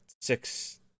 six